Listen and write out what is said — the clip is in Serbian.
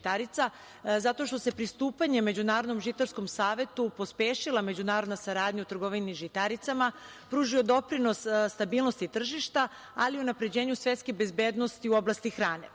Zato što se pristupanjem Međunarodnom žitarskom savetu pospešila međunarodna saradnja u trgovini žitaricama, pružio doprinos stabilnosti tržišta ali i unapređenju svetske bezbednosti u oblasti hrane. Inače,